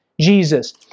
Jesus